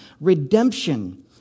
Redemption